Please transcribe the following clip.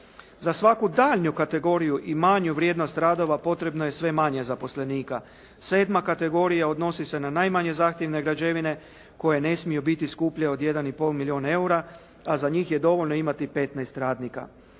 Za svaku daljnju kategoriju i manju vrijednost radova potrebno je sve manje zaposlenika. 7. kategorija odnosi se na najmanje zahtjevne građevine koje ne smiju biti skuplje od 1,5 milijun eura, a za njih je dovoljno imati 15 radnika.